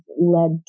led